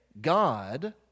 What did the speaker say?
God